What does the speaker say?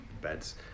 beds